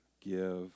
give